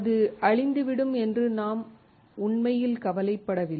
அது அழிந்துவிடும் என்று நாம் உண்மையில் கவலைப்படவில்லை